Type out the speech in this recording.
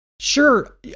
Sure